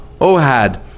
Ohad